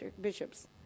Bishops